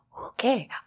Okay